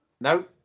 No